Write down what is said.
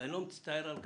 ואני לא מצטער על כך,